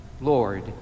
Lord